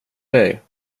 dig